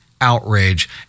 outrage